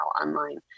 online